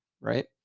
right